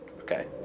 Okay